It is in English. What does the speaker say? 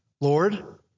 Lord